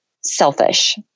selfish